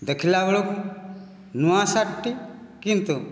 ଦେଖିଲା ବେଳକୁ ନୂଆ ସାର୍ଟ ଟି କିନ୍ତୁ